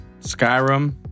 Skyrim